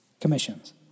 commissions